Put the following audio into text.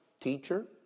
teacher